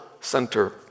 center